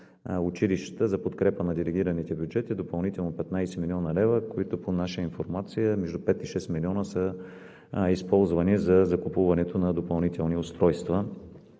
училищата за подкрепа на делегираните бюджети допълнително 15 млн. лв., които по наша информация между 5 – 6 милиона са използвани за закупуването на допълнителни устройства